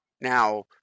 Now